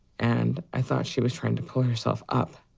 and i thought she was trying to pull herself up.